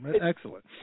Excellent